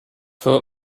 thought